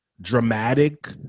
dramatic